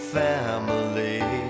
family